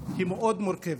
מאוד מורכבת,